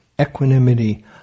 Equanimity